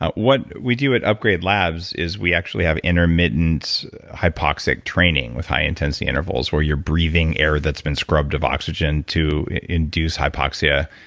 what we do at upgrade labs is we actually have intermittent hypoxic training with high intensity intervals where you're breathing air that's been scrubbed of oxygen to induce hypoxia.